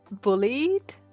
bullied